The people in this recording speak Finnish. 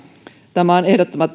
tämä on ehdottoman